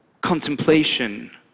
contemplation